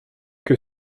que